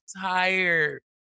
tired